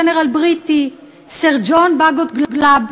גנרל בריטי בשם סר ג'ון באגוט גלאב,